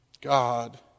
God